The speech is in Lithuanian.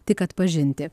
tik atpažinti